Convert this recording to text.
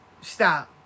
Stop